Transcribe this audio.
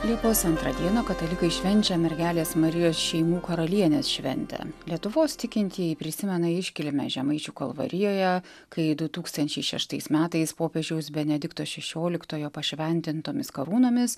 liepos antrą dieną katalikai švenčia mergelės marijos šeimų karalienės šventę lietuvos tikintieji prisimena iškilmę žemaičių kalvarijoje kai du tūkstančiai šeštais metais popiežiaus benedikto šešioliktojo pašventintomis karūnomis